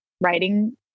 writing